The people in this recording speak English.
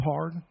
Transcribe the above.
hard